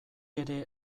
ere